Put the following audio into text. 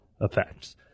effects